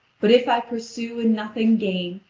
but if i pursue and nothing gain,